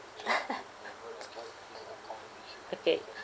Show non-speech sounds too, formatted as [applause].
[laughs] okay